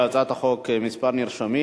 להצעת החוק כמה נרשמים.